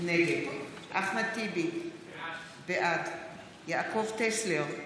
נגד אחמד טיבי, בעד יעקב טסלר,